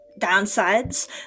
downsides